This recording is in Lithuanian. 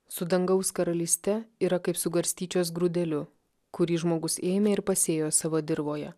su dangaus karalyste yra kaip su garstyčios grūdeliu kurį žmogus ėmė ir pasėjo savo dirvoje